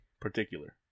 Particular